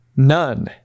None